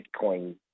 Bitcoin